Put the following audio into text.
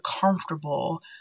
comfortable